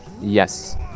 Yes